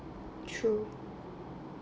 true